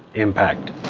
impact.